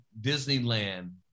Disneyland